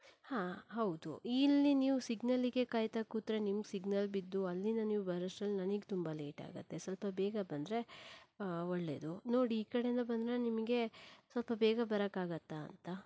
ಹಾ ಹೌದು ಇಲ್ಲಿ ನೀವು ಸಿಗ್ನಲ್ಲಿಗೆ ಕಾಯ್ತಾ ಕೂತರೆ ನಿಮ್ಮ ಸಿಗ್ನಲ್ ಬಿದ್ದು ಅಲ್ಲಿಂದ ನೀವು ಬರೋಷ್ಟ್ರಲ್ಲಿ ನನಗೆ ತುಂಬ ಲೇಟ್ ಆಗತ್ತೆ ಸ್ವಲ್ಪ ಬೇಗ ಬಂದರೆ ಒಳ್ಳೆಯದು ನೋಡಿ ಈ ಕಡೆಯಿಂದ ಬಂದರೆ ನಿಮಗೆ ಸ್ವಲ್ಪ ಬೇಗ ಬರೋಕ್ಕಾಗತ್ತಾ ಅಂತ